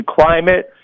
climate